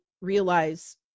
realize